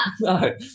no